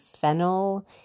fennel